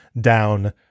down